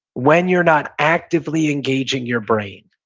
when you're not actively engaging your brain,